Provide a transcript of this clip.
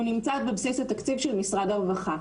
הוא נמצא בבסיס התקציב של משרד הרווחה,